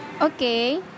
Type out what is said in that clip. okay